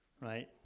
right